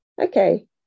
Okay